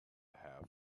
half